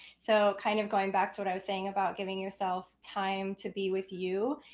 so kind of going back to what i was saying about giving yourself time to be with you,